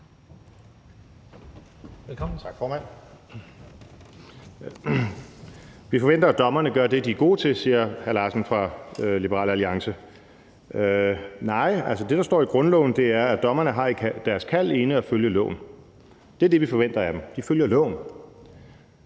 Vi forventer, at dommerne gør det, de er gode til, siger hr. Steffen Larsen fra Liberal Alliance. Nej, altså, det, der står i grundloven, er, at dommerne har i deres kald ene at følge loven. Det er det, vi forventer af dem. De følger loven,